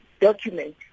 document